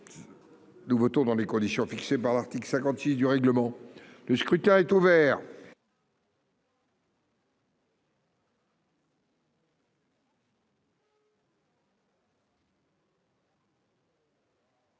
Nous votons dans les conditions fixées par l'article 58 du règlement. Le scrutin est ouvert.